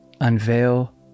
Unveil